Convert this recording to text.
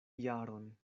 jaron